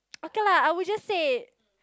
okay lah I will just say